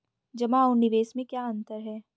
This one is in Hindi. जमा और निवेश में क्या अंतर है?